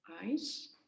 eyes